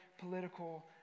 political